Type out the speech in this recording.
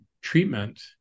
treatment